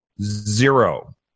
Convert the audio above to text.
Zero